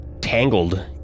tangled